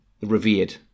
revered